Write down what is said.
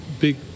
big